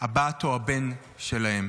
הבת או הבן שלהם.